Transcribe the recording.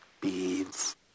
beads